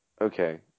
Okay